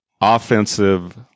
offensive